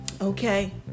Okay